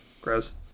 Gross